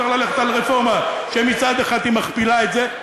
צריך ללכת על רפורמה שמצד אחד היא מכפילה את זה,